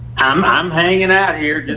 um i'm hanging out here